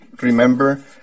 remember